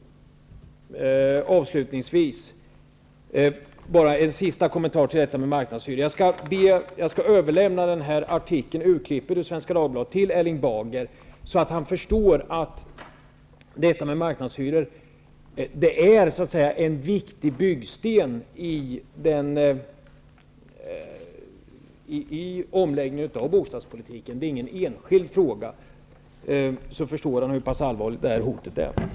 Avslutningsvis bara en sista kommentar till frågan om marknadshyror. Jag skall överlämna artikeln ur Svenska Dagbladet till Erling Bager, så att han förstår att detta med marknadshyror är en viktig byggsten i omläggningen av bostadspolitiken och inte en enskild fråga. När Erling Bager läser artikeln kommer han att förstå hur pass allvarligt hotet är.